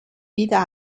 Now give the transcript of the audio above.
wieder